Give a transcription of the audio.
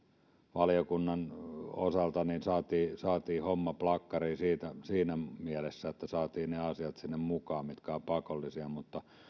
valiokunnan osalta saatiin saatiin homma plakkariin siinä mielessä että saatiin sinne mukaan ne asiat mitkä ovat pakollisia mutta